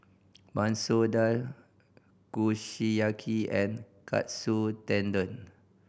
Masoor Dal Kushiyaki and Katsu Tendon